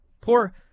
Poor